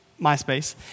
MySpace